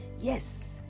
yes